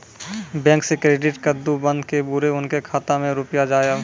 Bank से credit card बन के बुरे उनके खाता मे रुपिया जाएब?